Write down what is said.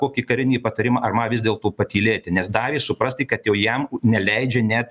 kokį karinį patarimą ar ma vis dėlto patylėti nes davė suprasti kad jau jam neleidžia net